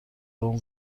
اون